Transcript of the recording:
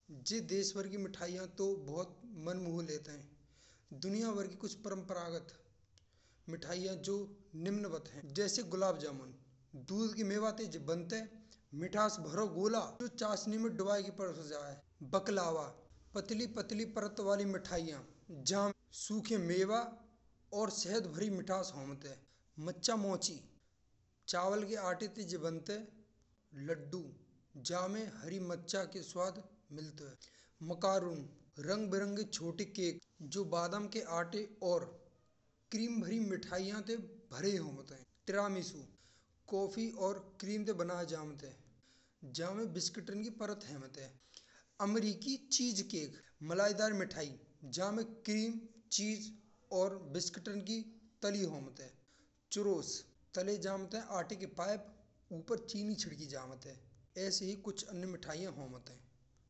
जे देश भर की मिठाइयाँ तो बहुत मन हुए लेते हैं। दुनिया भर की कुछ परम्परागत मिठाइयाँ जो निम्नवत हैं। जैसे गुलाब जामुन: दूध की मेवा ते जे बंटे हैं। मिठास भरे गोला जो चासनी में डुबायो जात हैं। बकलावा: पतली पतली परत वाली मिठाईया, जा सुखे मेवा और शहद भरी मिठास होत हैं। मचामोची: चावल के आटे ते या बंटे हैं। लड्डू: जा में हरी मचा के स्वाद मिलतो हैं। मकरों: रंग बिरंगे छोटे केक। जो बादाम के आंटे और क्रीम भरी मिठाइया ते भरे होत हैं। टिरमिसु: कॉफी और क्रीम ते बनाया जात हैं। जा में बिस्किटन की परत होत हैं। अमेरिकी चीज़ केक: मलाईदार मिठाई जा में क्रीम, चीज़, बिस्किटन की तली होत हैं। चुरोस चने जात हैं। आटे के पाइप ऊपर चीनी छिड़की जात हैं। ऐसे ही कुछ अन्य मिठाइया होत हैं।